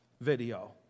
video